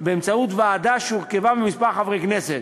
באמצעות ועדה שהורכבה מכמה חברי כנסת.